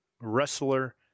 wrestler